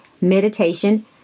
meditation